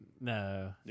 No